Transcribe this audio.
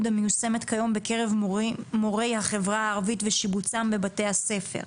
המיושמת כיום בקרב מורי החברה הערבית ושיבוצם בבתי-הספר.